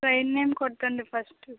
train name కొట్టండి first